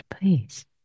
please